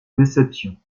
déception